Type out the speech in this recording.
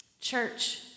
Church